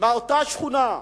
שבאותה שכונה,